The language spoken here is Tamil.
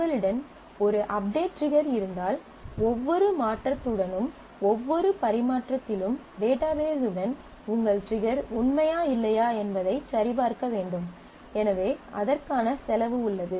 உங்களிடம் ஒரு அப்டேட் ட்ரிகர் இருந்தால் ஒவ்வொரு மாற்றத்துடனும் ஒவ்வொரு பரிமாற்றத்திலும் டேட்டாபேஸ் உடன் உங்கள் ட்ரிகர் உண்மையா இல்லையா என்பதை சரிபார்க்க வேண்டும் எனவே அதற்கான செலவு உள்ளது